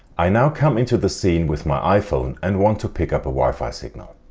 i now come into the scene with my iphone and want to pick up a wi-fi signal.